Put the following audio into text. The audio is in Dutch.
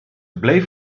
bleef